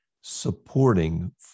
supporting